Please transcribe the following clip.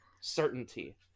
certainty